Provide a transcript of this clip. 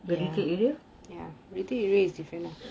the duty area